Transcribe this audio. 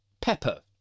pepper